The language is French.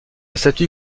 statue